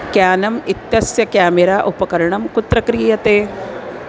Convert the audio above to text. क्यानम् इत्यस्य क्यामेरा उपकरणं कुत्र क्रीयते